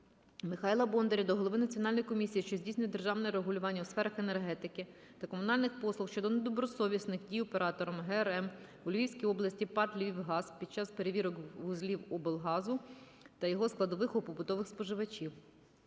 Михайла Бондаря до голови Національної комісії, що здійснює державне регулювання у сферах енергетики та комунальних послуг щодо недобросовісних дій оператора ГРМ у Львівській області ПАТ "Львівгаз" під час перевірок вузлів обліку газу та його складових у побутових споживачів.